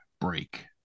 break